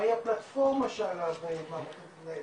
מהי הפלטפורמה שעליה המערכת תתנהל?